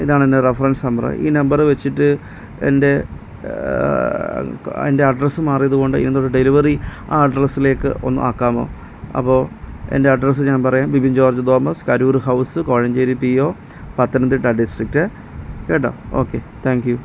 ഇതാണ് എന്റെ reference number ഈ നമ്പർ വെച്ചിട്ട് എന്റെ എന്റെ അഡ്രസ്സ് മാറിയതുകൊണ്ട് ഇനി തൊട്ട് ഡെലിവറി ആ അഡ്രസ്സിലേക്ക് ഒന്ന് ആക്കാമോ അപ്പോൾ എന്റെ അഡ്രസ്സ് ഞാൻ പറയാം Bibin George Thomas Karoor house Kozhencherry P O Pathanamthitta district കേട്ടോ ഓക്കെ താങ്ക് യു